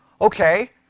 okay